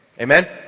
Amen